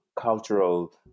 cultural